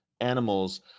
animals